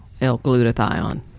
l-glutathione